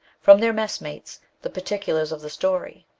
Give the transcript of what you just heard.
from their messmates, the particulars of the story.